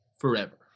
forever